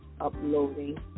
uploading